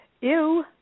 ew